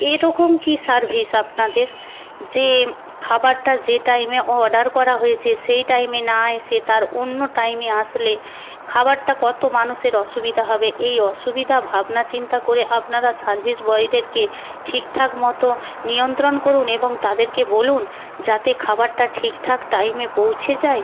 এরকম কী সার্ভিস আপনাদের যে খাবারটা যে টাইমে অর্ডার করা হয়েছে সেই টাইমে না এসে তার অন্য টাইমে আসলে খাবারটা কত মানুষের অসুবিধা হবে এই অসুবিধা ভাবনাচিন্তা করে আপনারা সার্ভিস বয়দেরকে ঠিকঠাক মতো নিয়ন্ত্রণ করুন এবং তাদেরকে বলুন যাতে খাবারটা ঠিকঠাক টাইমে পৌঁছে যায়